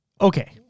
Okay